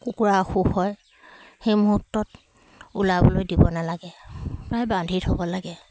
কুকুৰা অসুখ হয় সেই মুহূৰ্তত ওলাবলৈ দিব নালাগে প্ৰায় বান্ধি থ'ব লাগে